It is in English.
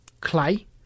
clay